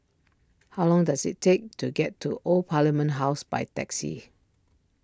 how long does it take to get to Old Parliament House by taxi